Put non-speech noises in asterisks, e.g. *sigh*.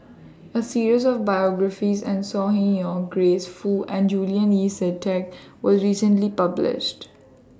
A series of biographies and Saw *unintelligible* yon Grace Fu and Julian Yeo See Teck *noise* was recently published